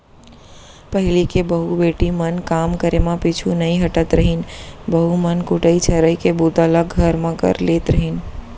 पहिली के बहू बेटी मन काम करे म पीछू नइ हटत रहिन, बहू मन कुटई छरई के बूता ल घर म कर लेत रहिन